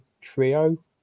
trio